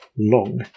Long